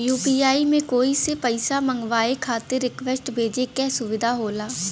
UPI में कोई से पइसा मंगवाये खातिर रिक्वेस्ट भेजे क सुविधा होला